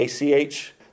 ACH